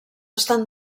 estan